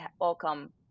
welcome